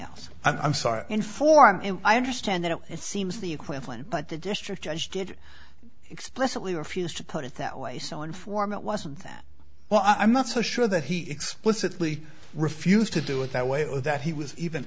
else i'm sorry to inform you i understand that it seems the equivalent but the district judge did explicitly refuse to put it that way so informant wasn't that well i'm not so sure that he explicitly refused to do it that way or that he was even